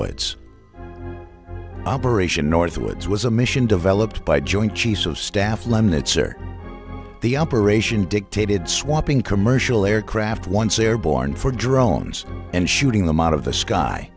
northwoods operation northwoods was a mission developed by joint chiefs of staff lemnitzer the operation dictated swapping commercial aircraft once airborne for drones and shooting them out of the sky